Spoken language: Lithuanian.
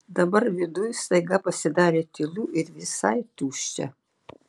dabar viduj staiga pasidarė tylu ir visai tuščia